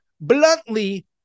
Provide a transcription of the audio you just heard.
bluntly